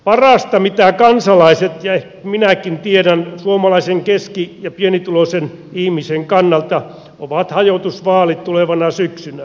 parasta mitä kansalaiset ja minäkin tiedän suomalaisen keski ja pienituloisen ihmisen kannalta ovat hajotusvaalit tulevana syksynä